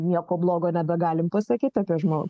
nieko blogo nebegalim pasakyt apie žmogų